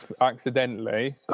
accidentally